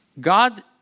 God